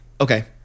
Okay